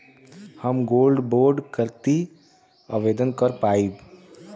हम gold bond करती आवेदन कर पाईब?